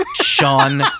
Sean